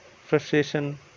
frustration